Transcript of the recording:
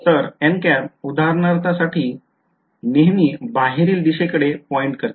तर उदाहरणासाठी नेहमी बाहेरील दिशे कडे पॉईंट करते